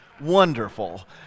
wonderful